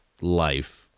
life